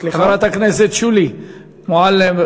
חברת הכנסת שולי מועלם-רפאלי,